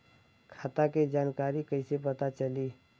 खाता के जानकारी कइसे पता चली?